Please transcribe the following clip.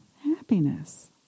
happiness